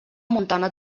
montana